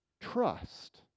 trust